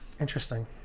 Interesting